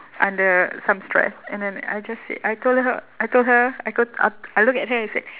under some stress and then I just said I told her I told her I go I I looked at her and said